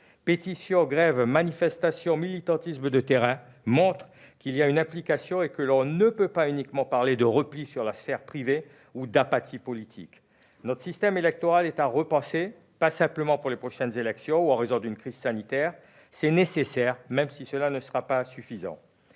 Pétitions, grèves, manifestations, militantisme de terrain montrent qu'il y a implication et que l'on ne peut pas uniquement parler de repli sur la sphère privée ou d'apathie politique. Notre système électoral est à repenser, pas simplement pour les prochaines échéances ou en raison d'une crise sanitaire. C'est nécessaire, même si ce ne sera pas suffisant.